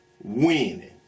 winning